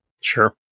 Sure